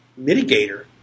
mitigator